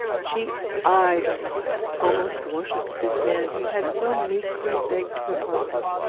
she idolised, almost worshipped this man who had so meekly begged her pardon.